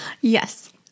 Yes